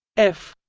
f